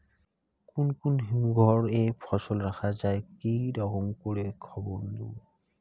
কুন কুন হিমঘর এ ফসল রাখা যায় কি রকম করে খবর নিমু?